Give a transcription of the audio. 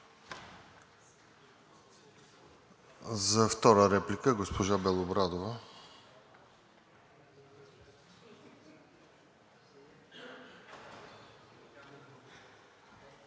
За втора реплика – госпожа Белобрадова.